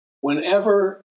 Whenever